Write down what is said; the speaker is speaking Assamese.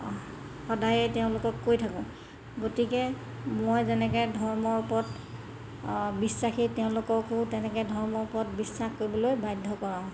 সদায়েই তেওঁলোকক কৈ থাকোঁ গতিকে মই যেনেকৈ ধৰ্মৰ ওপৰত বিশ্বাসী তেওঁলোককো তেনেকৈ ধৰ্মৰ ওপৰত বিশ্বাস কৰিবলৈ বাধ্য কৰাওঁ